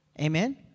Amen